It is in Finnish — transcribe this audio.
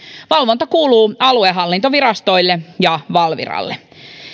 valvonta kuuluu aluehallintovirastoille ja valviralle